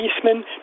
policemen